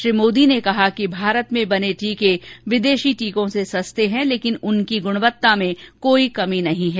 श्री मोदी ने कहा कि भारत में बने टीके विदेशी टीकों से सस्ते हैं लेकिन उनकी गुणवत्ता में कोई कमी नहीं हैं